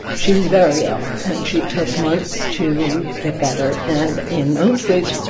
she was very ill, and she took months to get better. and in those days,